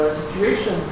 situation